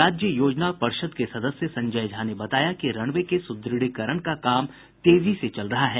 राज्य योजना परिषद् के सदस्य संजय झा ने बताया कि रनवे के सुद्रढ़ीकरण का काम तेजी से चल रहा है